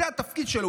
זה התפקיד שלו,